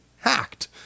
hacked